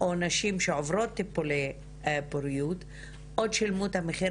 או נשים שעוברות טיפולי פוריות שילמו את המחיר